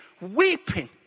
Weeping